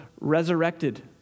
resurrected